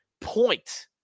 point